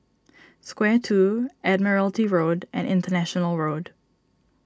Square two Admiralty Road and International Road